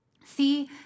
See